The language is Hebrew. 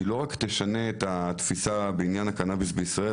לא רק שהיא תשנה את התפיסה בעניין הקנביס בישראל,